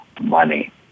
money